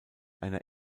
einer